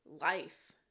life